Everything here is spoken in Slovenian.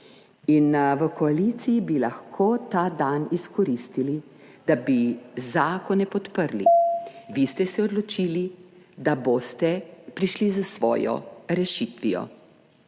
in v koaliciji bi lahko ta dan izkoristili, da bi zakone podprli. Vi ste se odločili, da boste prišli s svojo rešitvijo.